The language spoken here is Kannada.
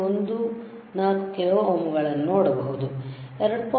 14 ಕಿಲೋ ಓಮ್ ಗಳನ್ನು ನೋಡಬಹುದು 2